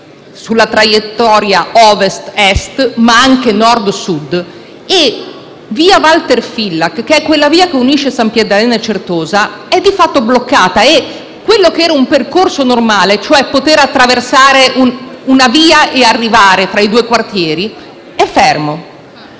sulla traiettoria Ovest-Est ma anche NordSud e via Walter Fillak, che è quella via che unisce Sampierdarena e Certosa, è di fatto bloccata e quello che era un percorso normale, cioè poter attraversare una via per arrivare da un quartiere